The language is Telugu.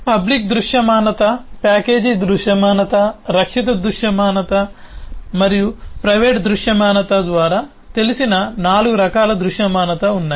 పబ్లిక్ దృశ్యమానత ప్యాకేజీ దృశ్యమానత రక్షిత దృశ్యమానత మరియు ప్రైవేట్ దృశ్యమానత ద్వారా తెలిసిన నాలుగు రకాల దృశ్యమానత ఉన్నాయి